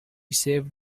saved